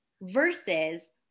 versus